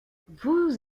vous